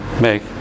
make